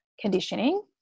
conditioning